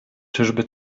czyżby